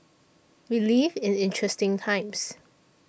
we live in interesting times